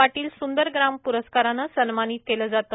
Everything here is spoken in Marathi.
पाटील आबा सुंदर ग्राम प्रस्काराने सन्मानित केले जाते